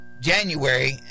January –